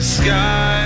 sky